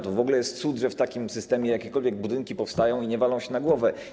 To w ogóle jest cud, że w takim systemie jakiekolwiek budynki powstają i nie walą się na głowę.